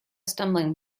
stumbling